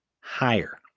Higher